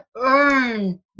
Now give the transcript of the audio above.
earn